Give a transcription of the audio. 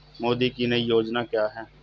मोदी की नई योजना क्या है?